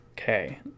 Okay